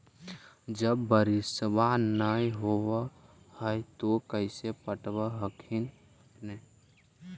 जब बारिसबा नय होब है तो कैसे पटब हखिन अपने?